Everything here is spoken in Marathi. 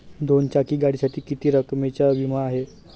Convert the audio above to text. दोन चाकी गाडीसाठी किती रकमेचा विमा आहे?